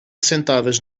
sentadas